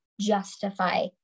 justify